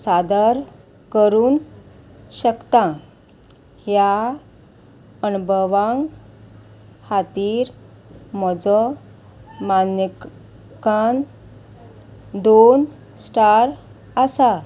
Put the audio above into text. सादर करूंक शकतां ह्या अणभवां खातीर म्हजो मान्यकान दोन स्टार आसा